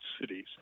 cities